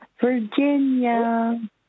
Virginia